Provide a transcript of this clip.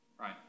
Right